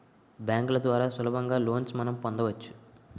బ్యాంకుల ద్వారా సులభంగా లోన్స్ మనం పొందవచ్చు